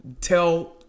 tell